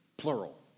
Plural